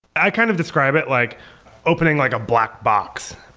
i kind of describe it like opening like a black box.